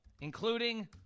including